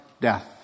death